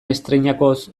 estreinakoz